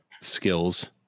Skills